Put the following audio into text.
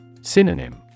Synonym